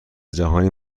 جهانی